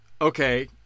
okay